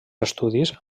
estudis